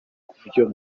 kubyo